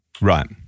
Right